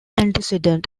antecedent